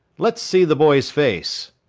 let's see the boy's face.